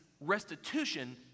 restitution